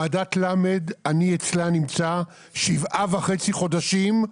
אני נמצא בוועדת למ"ד שבעה וחצי חודשים,